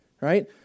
right